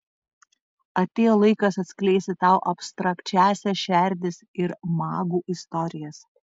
atėjo laikas atskleisti tau abstrakčiąsias šerdis ir magų istorijas